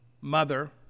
mother